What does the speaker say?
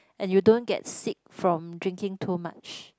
and you don't get sick from drinking too much